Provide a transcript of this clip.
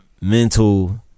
mental